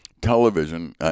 television